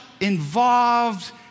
involved